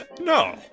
no